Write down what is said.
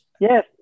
yes